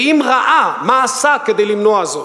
ואם ראה, מה עשה כדי למנוע זאת?